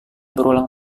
berulang